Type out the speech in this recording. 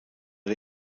der